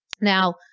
Now